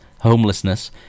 homelessness